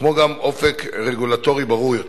כמו גם אופק רגולטורי ברור יותר.